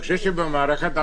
נמשיך הלאה.